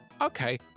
okay